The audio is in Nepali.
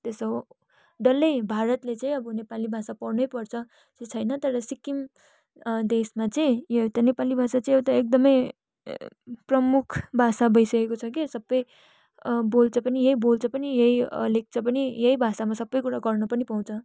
त्यसो डल्लै भारतले चाहिँ अब नेपाली भाषा पढ्नै पर्छ चाहिँ छैन तर सिक्किम देशमा चाहिँ यो एउटा नेपाली भाषा चाहिँ एउटा एकदमै प्रमुख भाषा भइसकेको छ के सबै बोल्छ पनि यही बोल्छ पनि यही लेख्छ पनि यही भाषामा सबै कुरा गर्नु पनि पाउँछ